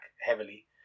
heavily